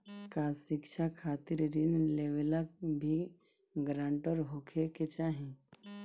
का शिक्षा खातिर ऋण लेवेला भी ग्रानटर होखे के चाही?